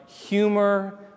humor